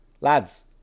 Lads